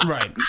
Right